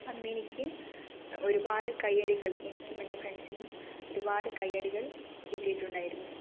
അന്നെനിക്ക് ഒരുപാട് കൈയ്യടികൾ എനിക്കും എൻ്റെ ഫ്രണ്ട്സിനും ഒരുപാട് കൈയ്യടികൾ കിട്ടിയിട്ടുണ്ടായിരുന്നു